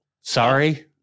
Sorry